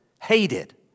hated